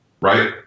right